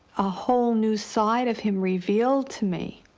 a whole new side of him revealed to me